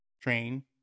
train